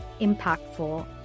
impactful